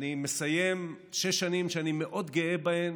אני מסיים שש שנים שאני מאוד גאה בהן